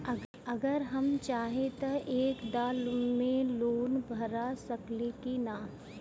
अगर हम चाहि त एक दा मे लोन भरा सकले की ना?